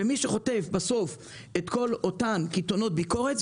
ומי שחוטף בסוף את כל אותן קיתונות ביקורת,